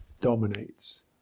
dominates